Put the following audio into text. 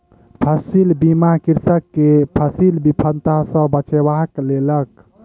फसील बीमा कृषक के फसील विफलता सॅ बचा लेलक